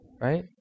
Right